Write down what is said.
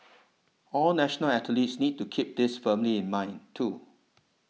all national athletes need to keep this firmly in mind too